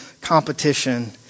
competition